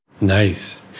Nice